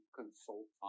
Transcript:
consult